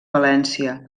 valència